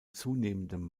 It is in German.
zunehmendem